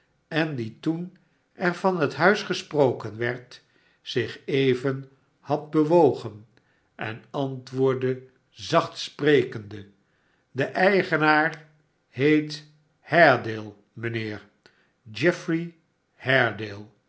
en die toen er van het huis gesproken werd zich even had bewogen en antwoordde zacht sprekende de eigenaar heet haredale mijnheer geoffrey